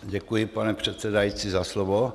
Děkuji, pane předsedající, za slovo.